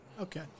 Okay